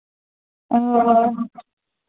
ᱚ